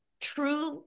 true